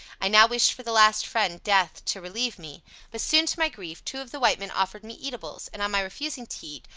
i now wished for the last friend, death, to relieve me but soon, to my grief, two of the white men offered me eatables and, on my refusing to eat,